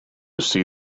see